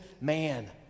man